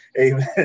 Amen